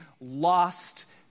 lost